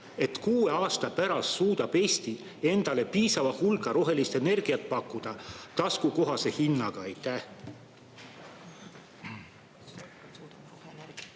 et kuue aasta pärast suudab Eesti endale piisava hulga rohelist energiat pakkuda taskukohase hinnaga?